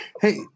Hey